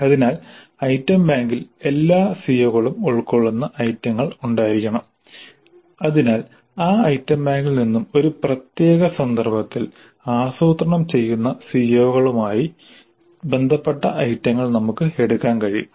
അതിനാൽ ഐറ്റം ബാങ്കിൽ എല്ലാ സിഒകളും ഉൾക്കൊള്ളുന്ന ഐറ്റങ്ങൾ ഉണ്ടായിരിക്കണം അതിനാൽ ആ ഐറ്റം ബാങ്കിൽ നിന്നും ഒരു പ്രത്യേക സന്ദർഭത്തിൽ ആസൂത്രണം ചെയ്യുന്ന സിഒകളുമായി ബന്ധപ്പെട്ട ഐറ്റങ്ങൾ നമുക്ക് എടുക്കാൻ കഴിയും